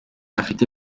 afite